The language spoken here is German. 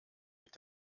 mit